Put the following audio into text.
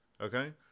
okay